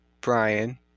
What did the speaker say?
Brian